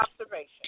observation